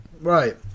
Right